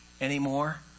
anymore